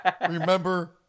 Remember